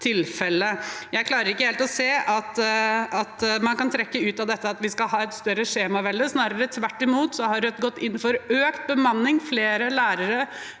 Jeg klarer ikke helt å se at man ut av dette kan trekke at vi skal ha et større skjemavelde, snarere tvert imot. Rødt har gått inn for økt bemanning, flere lærere,